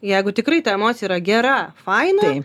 jeigu tikrai ta emocija yra gera faina